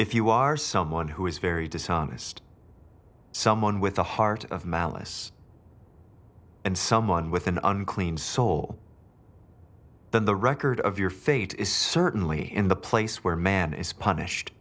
if you are someone who is very dishonest someone with a heart of malice and someone with an unclean soul then the record of your fate is certainly in the place where man is punished